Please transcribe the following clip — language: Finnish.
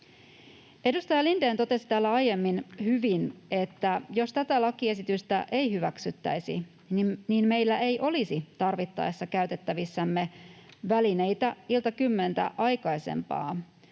Edustaja Lindén totesi täällä aiemmin hyvin, että jos tätä lakiesitystä ei hyväksyttäisi, meillä ei olisi tarvittaessa käytettävissämme välineitä iltakymmentä aikaisempaan